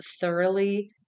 thoroughly